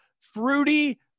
fruity